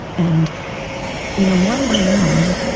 and you know one by one,